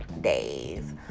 days